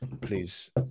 Please